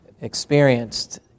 experienced